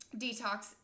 detox